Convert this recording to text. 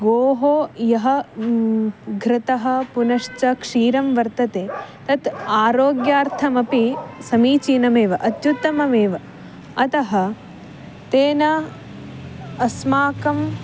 गोः यः घृतं पुनश्च क्षीरं वर्तते तत् आरोग्यार्थमपि समीचीनमेव अत्युत्तममेव अतः तेन अस्माकम्